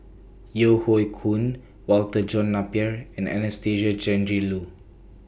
Yeo Hoe Koon Walter John Napier and Anastasia Tjendri Liew